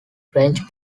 french